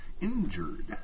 Injured